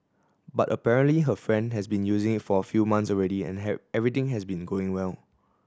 but apparently her friend has been using it for a few months already and everything has been going well